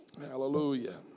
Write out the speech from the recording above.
Hallelujah